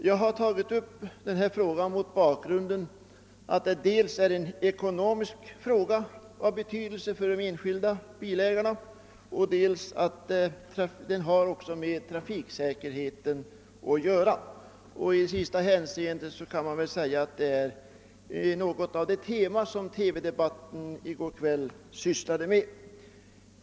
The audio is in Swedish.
Jag har tagit upp denna fråga mot bakgrunden av dess stora ekonomiska betydelse för de enskilda bilägarna, samtidigt som den också har med trafiksäkerheten att göra. Det kan väl också sägas att man här kommer in på samma tema som TV-debatten i går kväll sysslade med.